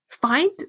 Find